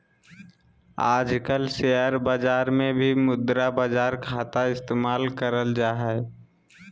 आजकल शेयर बाजार मे भी मुद्रा बाजार खाता इस्तेमाल करल जा हय